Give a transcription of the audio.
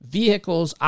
vehicles